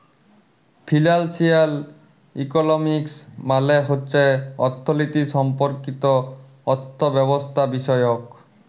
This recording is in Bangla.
ফিলালসিয়াল ইকলমিক্স মালে হছে অথ্থলিতি সম্পর্কিত অথ্থব্যবস্থাবিষয়ক